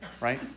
right